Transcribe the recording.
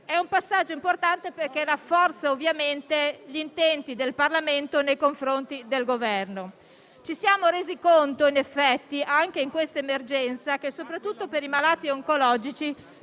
Binetti - è importante perché rafforza gli intenti del Parlamento nei confronti del Governo. Ci siamo resi conto in effetti anche in questa emergenza che soprattutto per i malati oncologici